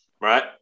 right